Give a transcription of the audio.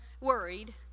worried